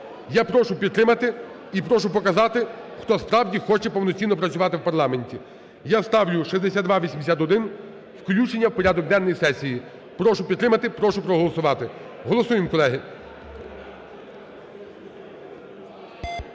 Я прошу підтримати і прошу показати, хто хоче справді повноцінно працювати у парламенті. Я ставлю 6181, включення у порядок денний сесії. Прошу підтримати, прошу проголосувати. Голосуємо, колеги.